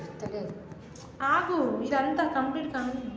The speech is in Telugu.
ఆగు ఇదంతా కంప్లీట్ కానీ